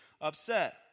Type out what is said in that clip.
upset